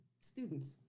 students